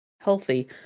healthy